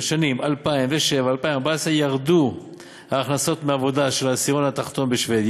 בשנים 2007 2014 ירדו ההכנסות מעבודה של העשירון התחתון בשבדיה,